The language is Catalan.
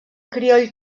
crioll